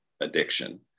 addiction